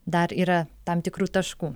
dar yra tam tikrų taškų